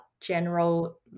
general